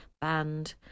band